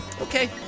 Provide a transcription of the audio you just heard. Okay